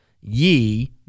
ye